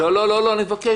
לא, לא, אני מבקש.